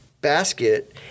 basket